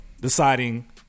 deciding